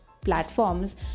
platforms